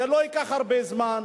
זה לא ייקח הרבה זמן.